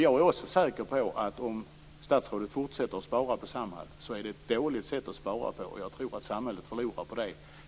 Jag är också säker på att det är ett dåligt sätt att spara, om statsrådet fortsätter att spara på Samhall. Jag tror att samhället förlorar på det.